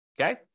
okay